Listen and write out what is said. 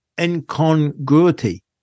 incongruity